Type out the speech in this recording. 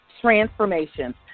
transformation